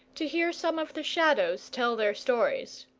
to hear some of the shadows tell their stories.